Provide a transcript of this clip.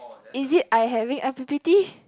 is it I having i_p_p_t